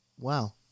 Wow